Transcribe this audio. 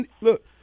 look